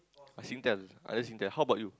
Singtel I use Singtel how about you